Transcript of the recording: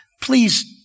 please